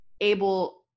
able